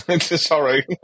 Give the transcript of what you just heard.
sorry